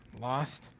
lost